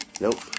Nope